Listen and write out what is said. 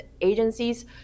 agencies